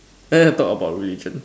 yeah yeah talk about religion